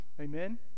Amen